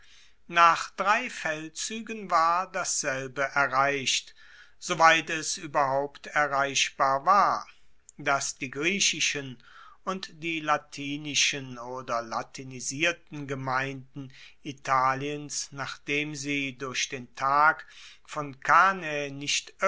nach drei feldzuegen war dasselbe erreicht soweit es ueberhaupt erreichbar war dass die griechischen und die latinischen oder latinisierten gemeinden italiens nachdem sie durch den tag von cannae nicht